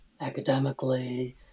academically